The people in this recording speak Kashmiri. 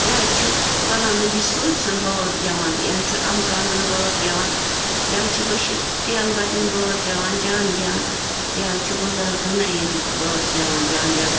یہِ حظ چھُ غلام نبی صوٗفۍ سٕنٛدۍ بٲتھ گٮ۪وان یہِ حظ چھِ اَمہٕ کانٛدرٕنۍ بٲتھ گٮ۪وان یہِ حظ چھِ بٔشیٖر تیلبَلِنۍ بٲتھ گٮ۪وان جان جان یہِ حظ چھِ گُلزار غنایی یِن بٲتھ گٮ۪وان جان جان